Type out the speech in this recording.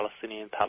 Palestinian